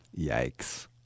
Yikes